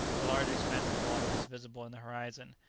a large expanse of water was visible in the horizon,